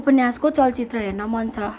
उपन्यासको चलचित्र हेर्न मन छ